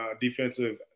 defensive